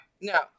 Now